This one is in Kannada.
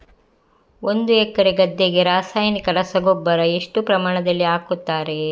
ಒಂದು ಎಕರೆ ಗದ್ದೆಗೆ ರಾಸಾಯನಿಕ ರಸಗೊಬ್ಬರ ಎಷ್ಟು ಪ್ರಮಾಣದಲ್ಲಿ ಹಾಕುತ್ತಾರೆ?